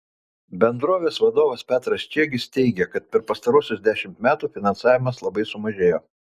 bendrovės vadovas petras čiegis teigė kad per pastaruosius dešimt metų finansavimas labai sumažėjo